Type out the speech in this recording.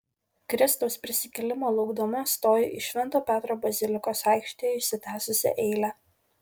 kristaus prisikėlimo laukdama stoju į švento petro bazilikos aikštėje išsitęsusią eilę